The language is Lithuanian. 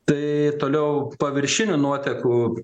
tai toliau paviršinių nuotekų